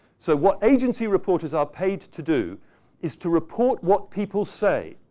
so, what agency reporters are paid to do is to report what people say.